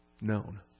known